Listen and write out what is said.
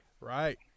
Right